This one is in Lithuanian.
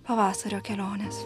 pavasario kelionės